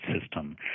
system